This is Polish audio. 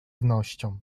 wnością